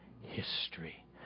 history